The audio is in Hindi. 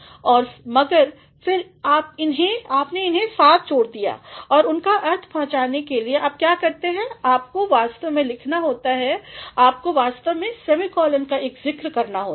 और मगर फिर आपने इन्हें साथ जोड़ दिया और उनका अर्थ पहुँचाने के लिए आप क्या करते हैं आपको वास्तव में लिखना होता है आपको वास्तव में सेमीकोलन का एक ज़िक्र करना होता है